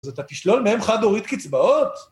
‫אז אתה תשלול מאם חד הורית קצבאות?